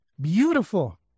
beautiful